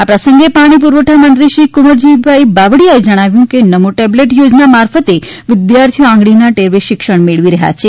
આ પ્રસંગે પાણી પુરવઠા મંત્રીશ્રી કુંવરજીભાઇ બાવળીયાએ જણાવ્યું હતું કે નમો ટેબલેટ યોજના મારફતએ વિદ્યાર્થીઓ આંગળીના ટેરવે શિક્ષણ મેળવી રહયા છે